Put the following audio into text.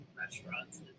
restaurants